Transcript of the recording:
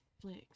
Flicks